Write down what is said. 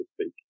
speak